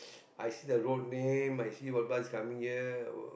I see the road name I see what bus is coming here or